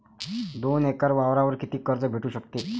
दोन एकर वावरावर कितीक कर्ज भेटू शकते?